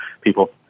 people